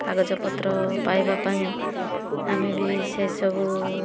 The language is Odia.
କାଗଜପତ୍ର ପାଇବା ପାଇଁ ଆମେ ବି ସେସବୁ